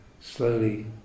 slowly